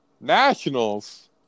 Nationals